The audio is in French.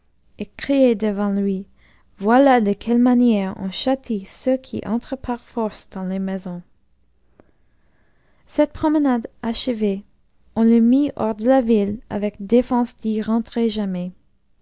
crier devant lui voilà de quelle manière on châtie ceux qui entrent par force dans les maisons cette promenade achevée ont le mit hors de la ville avec défense d'y rentrer jamais